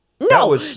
No